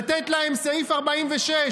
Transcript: לתת להם סעיף 46,